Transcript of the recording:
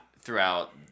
throughout